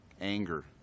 anger